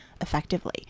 effectively